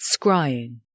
scrying